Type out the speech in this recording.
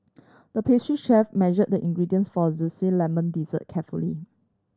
the pastry chef measured the ingredients for a zesty lemon dessert carefully